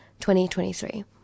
2023